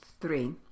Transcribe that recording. three